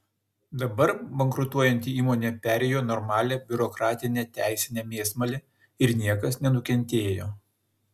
dabar bankrutuojanti įmonė perėjo normalią biurokratinę teisinę mėsmalę ir niekas nenukentėjo